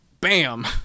bam